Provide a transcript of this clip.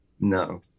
No